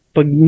Pag